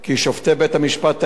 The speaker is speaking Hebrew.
כי שופטי בית-המשפט העליון,